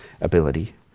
ability